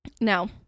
Now